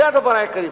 זה הדבר העיקרי.